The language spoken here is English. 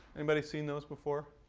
anybody seen those before?